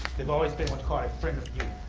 they've always been what's called a friend of youth.